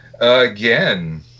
again